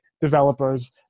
developers